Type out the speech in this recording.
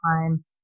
time